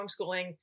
homeschooling